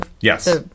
Yes